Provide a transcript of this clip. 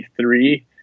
three